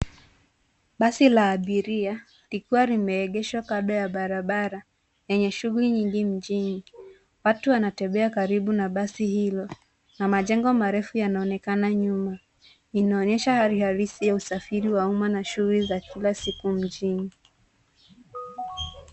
Basi la abiria likiwa limeegeshwa kando ya barabara yenye shughuli nyingi mjini. Watu wanatembea karibu na basi hilo na majengo marefu yanaonekana nyuma. Inaonyesha hali halisi ya usafiri wa umma na shughuli za kila siku mjini.